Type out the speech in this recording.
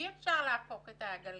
אי-אפשר להפוך את הגלגל.